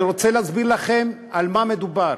אני רוצה להסביר לכם על מה מדובר,